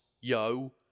yo